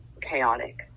chaotic